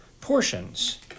portions